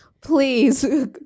please